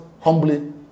humbly